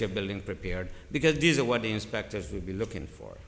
your billing prepared because these are what the inspectors will be looking for